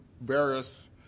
various